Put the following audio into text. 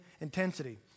intensity